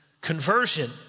conversion